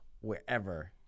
wherever